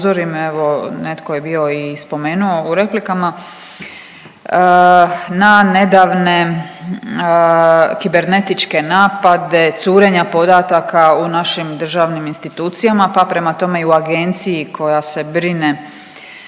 netko je bio i spomenuo u replikama na nedavne kibernetičke napade, curenja podataka u našim državnim institucijama pa prema tome i u agenciji koja se brine